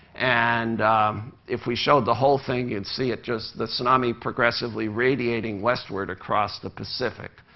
and if we showed the whole thing, you'd see it just the tsunami progressively radiating westward across the pacific.